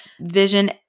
vision